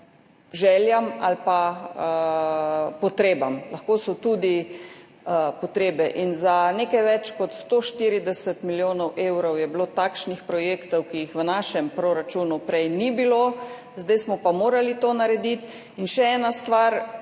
ali pa potrebam. Lahko so tudi potrebe in za nekaj več kot 140 milijonov evrov je bilo takšnih projektov, ki jih v našem proračunu prej ni bilo, zdaj smo pa morali to narediti. In še ena stvar,